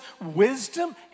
wisdom